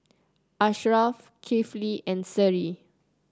Ashraff Kifli and Seri